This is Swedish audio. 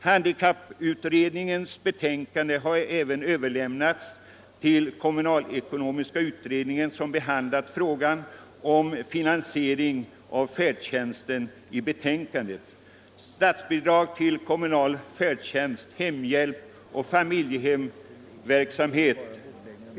Handikapputredningens betänkande har överlämnats till kommunalekonomiska utredningen, som även har behandlat frågan om finansieringen av färdtjänsten i betänkandet Statsbidrag till kommunal färdtjänst, hemhjälp och familjedaghemsverksamhet.